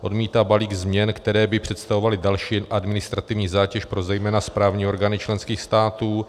odmítá balík změn, které by představovaly další administrativní zátěž zejména pro správní orgány členských států;